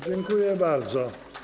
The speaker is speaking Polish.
Dziękuję bardzo.